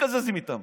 תודה רבה.